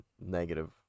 negative